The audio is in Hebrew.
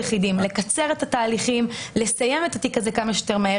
לקיצור תהליכים ולסיום התיק כמה שיותר מהר.